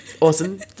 awesome